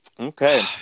Okay